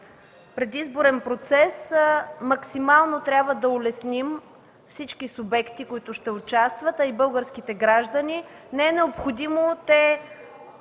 предизборен процес максимално трябва да улесним всички субекти, които ще участват, а и българските граждани. Не е необходимо те